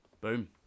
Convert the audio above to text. Boom